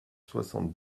soixante